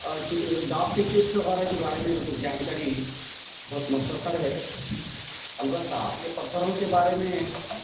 اور ٹی ڈاک ٹکٹس وغیرہ کے بارے میں کچھ جانکاری بہت مختصر ہے البتہ یہ پتھروں کے بارے میں